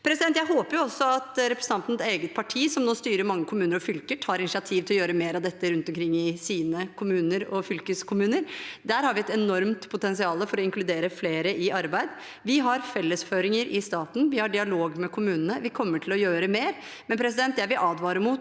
Jeg håper også at representanten Stokkebøs eget parti, som nå styrer mange kommuner og fylker, tar initiativ til å gjøre mer av dette rundt om i sine kommuner og fylkeskommuner. Der har vi et enormt potensial for å inkludere flere i arbeid. Vi har fellesføringer i staten. Vi har dialog med kommunene. Vi kommer til å gjøre mer. Jeg vil likevel advare mot